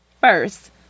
First